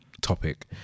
topic